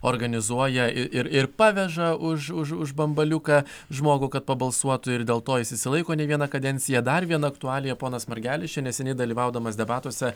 organizuoja ir ir paveža už už už bambaliuką žmogų kad pabalsuotų ir dėl to jis išsilaiko ne vieną kadenciją dar viena aktualija ponas margelis neseniai dalyvaudamas debatuose